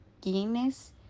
Guinness